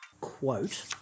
quote